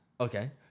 Okay